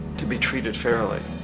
to be treated fairly.